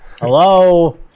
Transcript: Hello